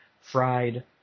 fried